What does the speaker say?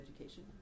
education